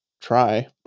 Try